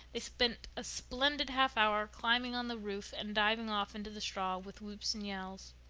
they spent a splendid half hour climbing on the roof and diving off into the straw with whoops and yells.